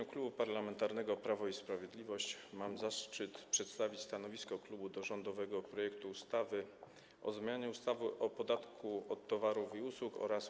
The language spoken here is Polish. W imieniu Klubu Parlamentarnego Prawo i Sprawiedliwość mam zaszczyt przedstawić stanowisko klubu wobec rządowego projektu ustawy o zmianie ustawy o podatku od towarów i usług oraz